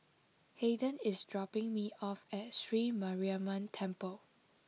Hayden is dropping me off at Sri Mariamman Temple